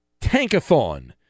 tankathon